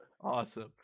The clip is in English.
Awesome